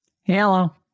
Hello